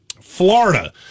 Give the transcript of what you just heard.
Florida